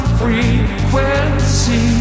frequency